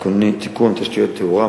תיקון תשתיות תאורה,